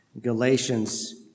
Galatians